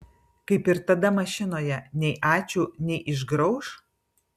kaip ir tada mašinoje nei ačiū nei išgrauš